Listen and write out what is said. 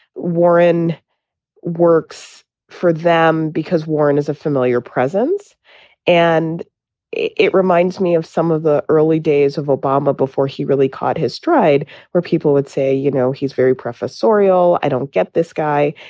warren works for them because warren is a familiar presence and it it reminds me of some of the early days of obama before he really caught his stride where people would say, you know, he's very professorial. i don't get this guy.